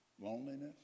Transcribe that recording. loneliness